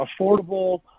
affordable